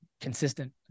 consistent